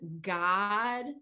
God